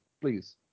Please